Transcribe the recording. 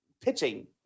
pitching